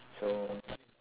so